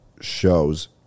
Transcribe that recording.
shows